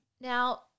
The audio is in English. Now